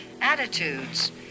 attitudes